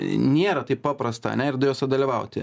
nėra taip paprasta ane ir juose dalyvauti